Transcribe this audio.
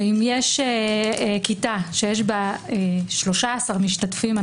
ואם יש כיתה שיש בה 13 משתתפים,